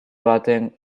baten